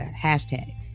hashtag